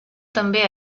també